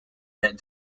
that